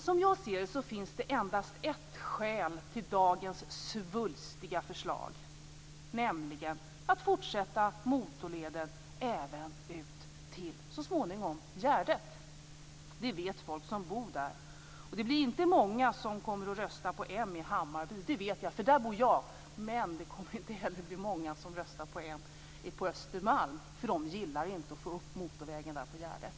Som jag ser det finns det endast ett skäl till dagens svulstiga förslag, nämligen att så småningom fortsätta motorleden även ut till Gärdet. Det vet folk som bor där. Det blir inte många som kommer att rösta på m i Hammarby. Det vet jag, för där bor jag. Men det kommer inte heller att bli många som röstar på m på Östermalm, för de gillar inte att få upp motorvägarna på Gärdet.